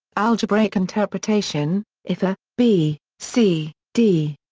algebraic interpretation if a, b, c, d.